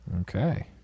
okay